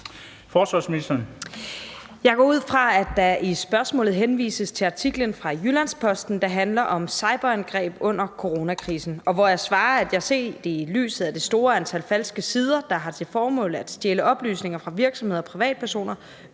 Bramsen): Jeg går ud fra, at der i spørgsmålet henvises til artiklen fra Jyllands-Posten, der handler om cyberangreb under coronakrisen, og hvor jeg svarer, at jeg set i lyset af det store antal falske sider, der har til formål at stjæle oplysninger fra virksomheder og privatpersoner,